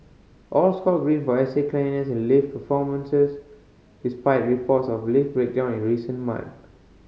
all scored Green for estate cleanliness and lift performances despite reports of lift breakdown in recent months